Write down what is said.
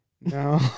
No